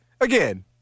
again